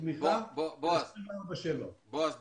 תמיכה 24/7. בועז,